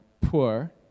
poor